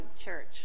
church